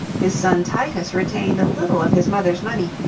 his son titus retained a little of his mother's money,